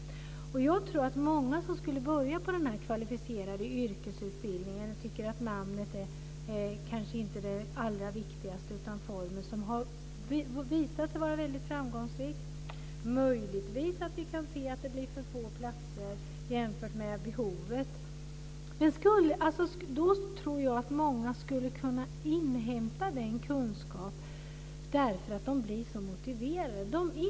Jag tror att många som skulle börja på denna kvalificerade yrkesutbildning kanske inte tycker att namnet är det allra viktigaste utan formen, vilken har visat sig vara väldigt framgångsrik. Möjligtvis kan vi se att det blir för få platser jämfört med behovet. Jag tror att många skulle kunna inhämta kunskap därför att de blir så motiverade.